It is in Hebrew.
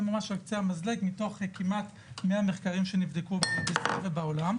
זה ממש על קצה המזלג מתוך כמעט 100 מחקרים שנבדקו בישראל ובעולם.